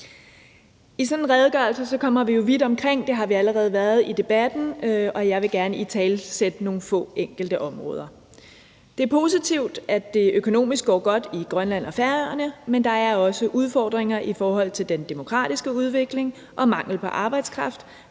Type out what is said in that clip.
I sådan en redegørelse kommer vi jo vidt omkring. Det har vi allerede været i debatten, og jeg vil gerne italesætte nogle få enkelte områder. Det er positivt, at det økonomisk går godt i Grønland og på Færøerne, men der er også udfordringer i forhold til den demografiske udvikling og mangel på arbejdskraft,